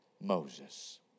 Moses